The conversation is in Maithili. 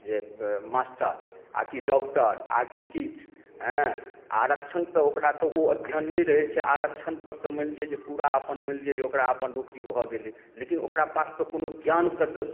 जे मास्टर आ कि डॉक्टर आ कि किछु एँ आरक्षण तऽ ओकरा तऽ ओ अध्ययन नहि रहैत छै आरक्षण पर तऽ मानि लिअ पूरा अपन मानि लिअ ओकरा नौकरी भऽ गेलै लेकिन ओकरा पास तऽ कोनो ज्ञानके तऽ